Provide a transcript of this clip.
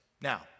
Now